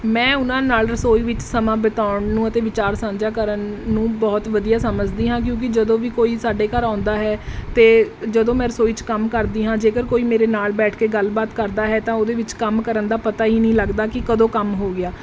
ਮੈਂ ਉਹਨਾਂ ਨਾਲ ਰਸੋਈ ਵਿੱਚ ਸਮਾਂ ਬਿਤਾਉਣ ਨੂੰ ਅਤੇ ਵਿਚਾਰ ਸਾਂਝਾ ਕਰਨ ਨੂੰ ਬਹੁਤ ਵਧੀਆ ਸਮਝਦੀ ਹਾਂ ਕਿਉਂਕਿ ਜਦੋਂ ਵੀ ਕੋਈ ਸਾਡੇ ਘਰ ਆਉਂਦਾ ਹੈ ਅਤੇ ਜਦੋਂ ਮੈਂ ਰਸੋਈ 'ਚ ਕੰਮ ਕਰਦੀ ਹਾਂ ਜੇਕਰ ਕੋਈ ਮੇਰੇ ਨਾਲ ਬੈਠ ਕੇ ਗੱਲਬਾਤ ਕਰਦਾ ਹੈ ਤਾਂ ਉਹਦੇ ਵਿੱਚ ਕੰਮ ਕਰਨ ਦਾ ਪਤਾ ਹੀ ਨਹੀਂ ਲੱਗਦਾ ਕਿ ਕਦੋਂ ਕੰਮ ਹੋ ਗਿਆ